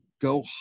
go